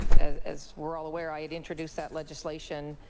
as as we're all aware, i and introduced that legislation.